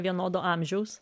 vienodo amžiaus